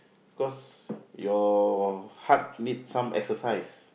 cause your heart need some exercise